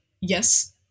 yes